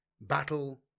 battle